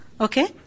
Okay